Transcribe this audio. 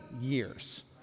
years